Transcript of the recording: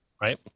right